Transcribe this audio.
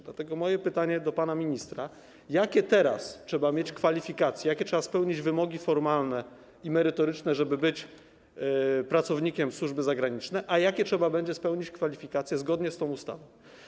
Dlatego mam pytanie do pana ministra: Jakie teraz trzeba mieć kwalifikacje, jakie trzeba spełnić wymogi formalne i merytoryczne, żeby być pracownikiem służby zagranicznej, a jakie trzeba będzie mieć kwalifikacje zgodnie z tą ustawą?